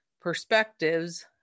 perspectives